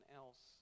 else